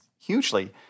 hugely